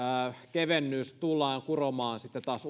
kevennys tullaan kuromaan